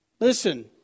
Listen